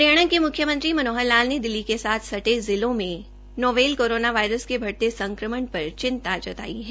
हरियाणा के मुख्यमंत्री मनोहर लाल ने दिल्ली के साथ सटे जिलों में नोवल कोरोना वायरस के बढ़ते संक्रमण पर चिंता जताई है